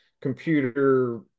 computer